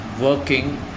working